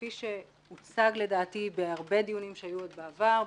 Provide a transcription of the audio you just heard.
כפי שהוצג לדעתי בהרבה דיונים שהיו עוד בעבר,